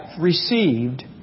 received